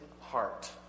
heart